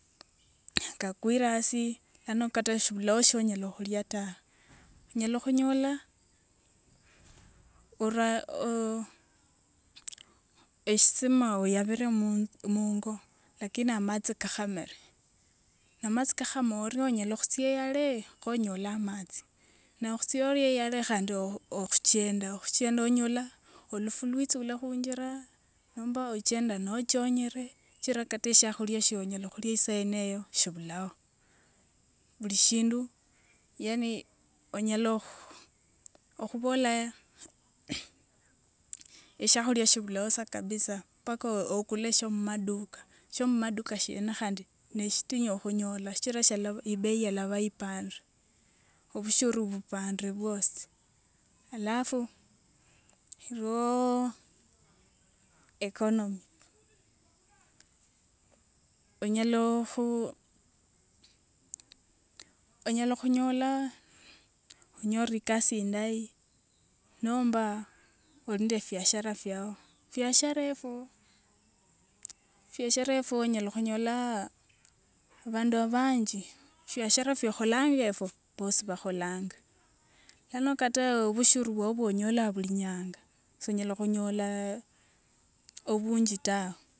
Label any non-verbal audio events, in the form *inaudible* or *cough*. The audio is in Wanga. Kwakwire asi lano kata shibulao shionyala khulia ta. Onyala khunyola ora oo eshisima oyabire mu mungo lakini amatsi kakhamire, na matsi kakhama orio onyala khutsia iiyale khonyole amatsi naye khutsia orio iiyale khandi oo okhuchenda, okhuchenda onyola olufu lwitsule khunjira nomba ochende nochonyere chira kata eshiakhulia shionyala khulia isaa yeneyo shibulao. Buli shindu yani onyala kho okhubola *noise* eshiakhulia shibulawosa kabisa paka okule shio mumaduka, shiomumaduka shiene khandi neshitinyu khunyola sichira shala ibei yalaba ipandire, obushuru bupandire bwosi alafu irioo economy, *noise* onyolakhu *hesitation* onyala khunyola onyore ikasi indayi nomba oli nde fiashara fyawo fiashara efo fiashara efo onyala khunyolaa abandu abanji fiashara fyokholanga efyio bosi bakholanga lano kata obushuru bwao bwonyolaa bulinyanga sonyala khunyola obunji tawe.